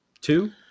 Two